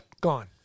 Gone